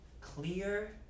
clear